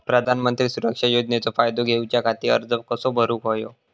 प्रधानमंत्री सुरक्षा योजनेचो फायदो घेऊच्या खाती अर्ज कसो भरुक होयो?